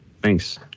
thanks